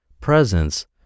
presence